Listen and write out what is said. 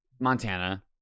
Montana